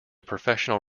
professional